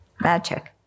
magic